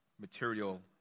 material